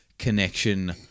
Connection